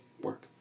work